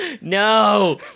No